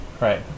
Right